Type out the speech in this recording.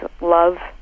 love